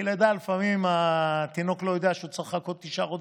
כי בלידה לפעמים התינוק לא יודע שהוא צריך לחכות תשעה חודשים,